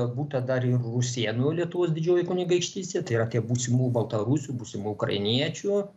būta dar ir rusėnų lietuvos didžioji kunigaikštystė tai yra tie būsimų baltarusių būsimų ukrainiečių